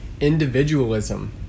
individualism